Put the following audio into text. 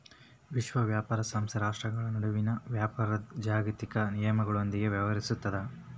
ವಿಶ್ವ ವ್ಯಾಪಾರ ಸಂಸ್ಥೆ ರಾಷ್ಟ್ರ್ಗಳ ನಡುವಿನ ವ್ಯಾಪಾರದ್ ಜಾಗತಿಕ ನಿಯಮಗಳೊಂದಿಗ ವ್ಯವಹರಿಸುತ್ತದ